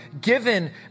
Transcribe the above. given